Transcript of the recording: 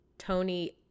tony